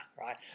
right